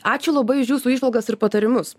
ačiū labai už jūsų įžvalgas ir patarimus